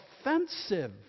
offensive